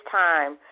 time